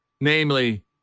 Namely